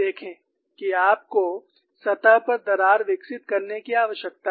देखें कि आपको सतह पर दरार विकसित करने की आवश्यकता है